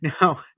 now